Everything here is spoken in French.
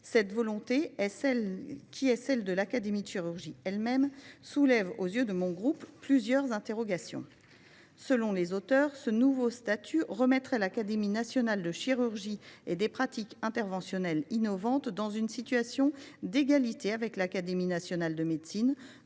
Cette volonté, qui est celle de l’Académie nationale de chirurgie elle même, soulève, aux yeux du groupe RDPI, plusieurs interrogations. Selon les auteurs du texte, ce nouveau statut « remettrait l’Académie nationale de chirurgie et des pratiques interventionnelles innovantes […] dans une situation d’égalité avec l’Académie nationale de médecine